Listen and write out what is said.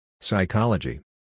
Psychology